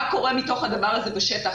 מה קורה מתוך הדבר הזה בשטח,